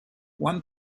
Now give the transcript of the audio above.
one